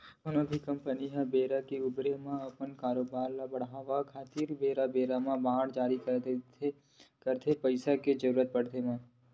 कोनो भी कंपनी ह बेरा के ऊबेरा म अपन कारोबार ल बड़हाय खातिर बेरा बेरा म बांड जारी करथे पइसा के जरुरत पड़े म